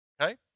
Okay